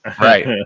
Right